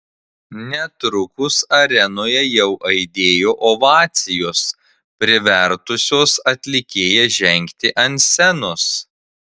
netrukus arenoje jau aidėjo ovacijos privertusios atlikėją žengti ant scenos